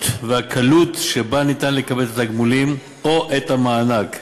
והקלות שבהן אפשר לקבל את התגמולים או את המענק,